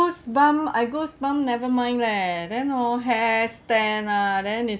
goosebump I goosebump never mind leh then hor hair stand lah then is